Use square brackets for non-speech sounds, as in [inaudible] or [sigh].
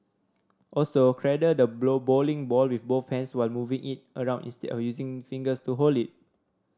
also cradle the [unintelligible] bowling ball with both hands while moving it around instead of using the fingers to hold it